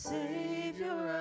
Savior